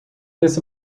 this